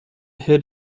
hid